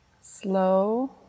slow